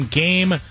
game